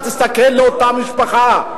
שאתה תסתכל לאותה משפחה,